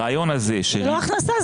הרעיון הזה --- זאת לא הכנסה.